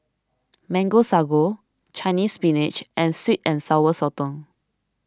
Mango Sago Chinese Spinach and Sweet and Sour Sotong